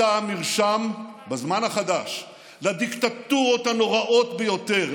בזמן החדש היא הייתה המרשם לדיקטטורות הנוראות ביותר,